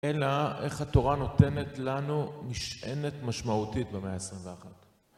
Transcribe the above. אלא איך התורה נותנת לנו משענת משמעותית במאה ה-21.